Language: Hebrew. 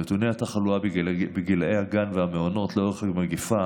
נתוני התחלואה בגילי הגן והמעונות לאורך המגפה